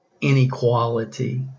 inequality